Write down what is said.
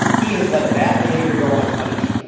he has let bad behavior go unpunished.